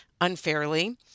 unfairly